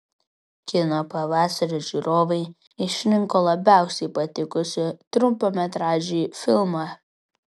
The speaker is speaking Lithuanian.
kino pavasario žiūrovai išrinko labiausiai patikusį trumpametražį filmą